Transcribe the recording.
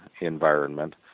environment